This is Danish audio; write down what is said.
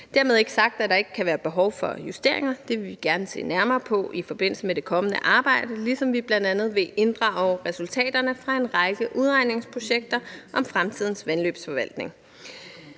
Dermed ikke sagt, at der ikke kan være behov for justeringer. Det vil vi gerne se nærmere på i forbindelse med det kommende arbejde, ligesom vi bl.a. vil inddrage resultaterne fra en række udredningsprojekter om fremtidens vandløbsforvaltning.